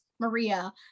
Maria